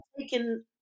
taken